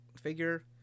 figure